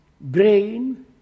brain